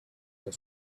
her